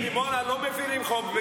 בדימונה לא מפירים חוק.